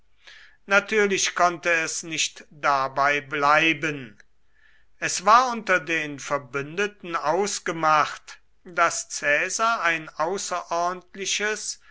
natürlich konnte es nicht dabei bleiben es war unter den verbündeten ausgemacht daß caesar ein außerordentliches